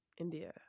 india